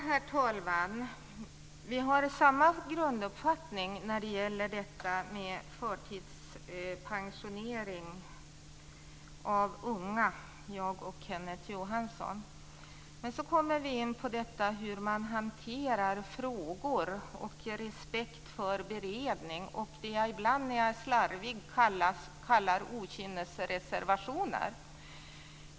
Herr talman! Vi har samma grunduppfattning om förtidspensionering av unga, jag och Kenneth Johansson. Men sedan kommer vi in på hur man hanterar frågor och visar respekt för ett beredningsarbete. Ibland när jag är slarvig kallar jag den här typen av reservationer för okynnesreservationer.